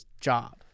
job